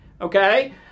okay